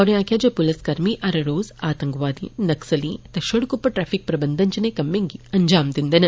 उनें आक्खेया जे प्लिसकर्मी हर रोज आतंकवादियें नकस्लियें ते शिड़क उप्पर ट्रैफिक प्रबंधन जनेह कम्में गी अंजान दिन्दे न